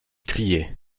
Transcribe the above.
criait